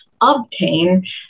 obtain